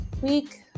week